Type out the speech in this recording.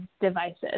devices